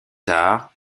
tard